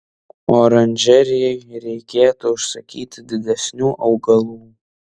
oranžerijai reikėtų užsakyti didesnių augalų